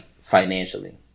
financially